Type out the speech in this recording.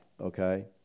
okay